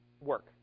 work